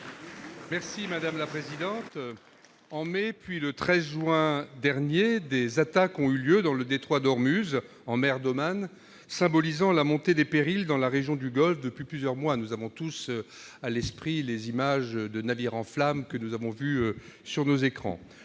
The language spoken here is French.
Union Centriste. En mai, puis le 13 juin dernier, des attaques ont eu lieu dans le détroit d'Ormuz, en mer d'Oman, symbolisant la montée des périls dans la région du Golfe depuis plusieurs mois. Nous avons tous à l'esprit les images de navires en flammes diffusées sur nos écrans.